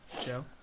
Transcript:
Joe